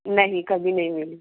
نہیں کبھی نہیں ملی